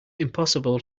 impossible